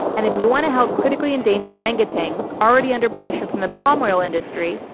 and if you want to help critically endangered orangutans already under pressure from the palm oil industry,